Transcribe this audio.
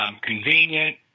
convenient